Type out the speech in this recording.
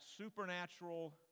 supernatural